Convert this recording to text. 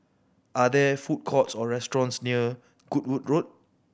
are there food courts or restaurants near Goodwood Road